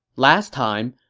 last time,